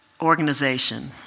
organization